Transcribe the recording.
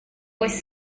was